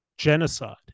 Genocide